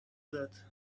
that